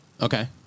okay